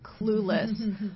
clueless